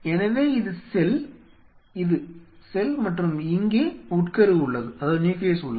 எனவே இது செல் மற்றும் இங்கே உட்கரு உள்ளது